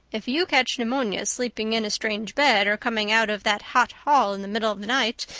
if you catch pneumonia sleeping in a strange bed or coming out of that hot hall in the middle of the night,